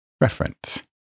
Reference